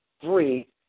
Three